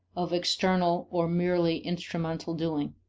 of external or merely instrumental doing.